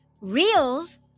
reels